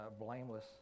blameless